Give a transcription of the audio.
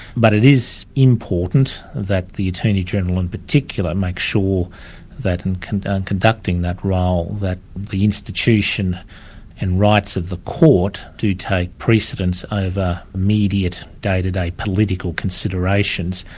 but it is important that the attorney-general in particular makes sure that in conducting conducting that role, that the institution and rights of the court do take precedence over immediate day-to-day political considerations.